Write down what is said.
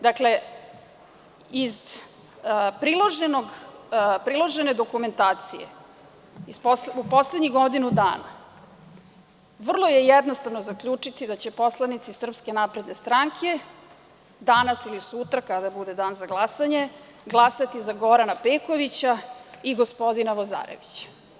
Dakle, iz priložene dokumentacije u poslednjih godinu dana, vrlo je jednostavno zaključiti da će poslanici SNS danas ili sutra kada bude dan za glasanje glasati za Gorana Pekovića i gospodina Lazarevića.